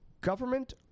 government